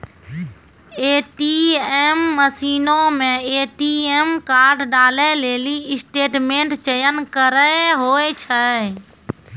ATM मशीनो मे ATM card डालै लेली स्टेटमेंट चयन करे होय छै